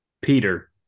Peter